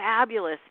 fabulous